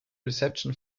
reception